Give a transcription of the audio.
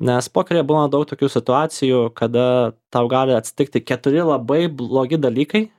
nes pokeryje būna daug tokių situacijų kada tau gali atsitikti keturi labai blogi dalykai